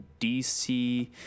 dc